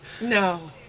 No